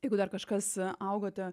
jeigu dar kažkas augote